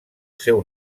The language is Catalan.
seu